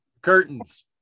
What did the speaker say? curtains